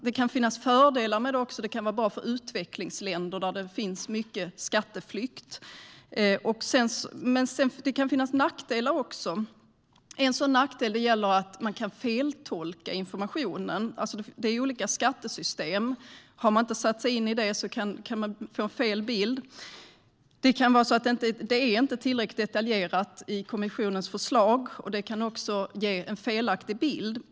Det kan finnas fördelar med detta, och kan vara bra för utvecklingsländer där det finns mycket skatteflykt. Det kan också finnas nackdelar. En sådan nackdel är att man kan fel-tolka informationen. Det är olika skattesystem, och har man inte satt sig in i dem kan man få fel bild. Kommissionens förslag är inte tillräckligt detaljerat, vilket kan ge en felaktig bild.